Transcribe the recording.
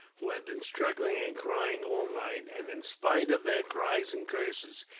who had been struggling and crying all night and, in spite of their cries and curses,